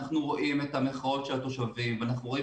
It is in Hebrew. אנחנו רואים את המחאות של התושבים ואנחנו רואים